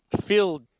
Feel